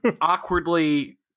awkwardly